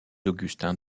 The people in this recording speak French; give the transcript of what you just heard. augustins